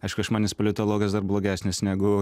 aišku iš manęs politologas dar blogesnis negu